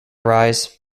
rise